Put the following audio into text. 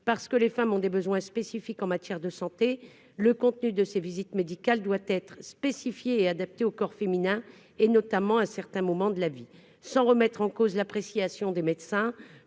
parce que les femmes ont des besoins spécifiques en matière de santé le contenu de ces visites médicales doit être spécifiées et adapté au corps féminin et, notamment, à certains moments de la vie, sans remettre en cause l'appréciation des médecins,